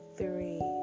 three